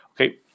Okay